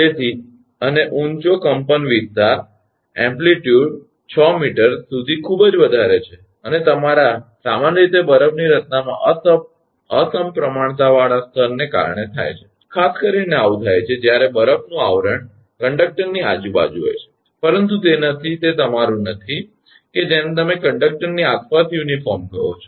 તેથી અને ઊંચો કંપનવિસ્તારએમ્પ્લીટ્યુડ એમ્પ્લીટ્યુડ 6 મીટર સુધી ખૂબ જ વધારે છે અને તમારા સામાન્ય રીતે બરફની રચનાના અસમપ્રમાણતાવાળા સ્તરને કારણે થાય છે ખાસ કરીને આવું થાય છે કે જ્યારે બરફનું આવરણ કંડક્ટરની આજુબાજુ હોય છે પરંતુ તે નથી તે તમારું નથી કે જેને તમે કંડક્ટરની આસપાસ યુનિફોર્મ કહો છો